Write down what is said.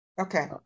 Okay